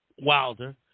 Wilder